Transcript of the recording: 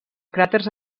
cràters